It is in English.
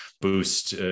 boost